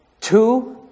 two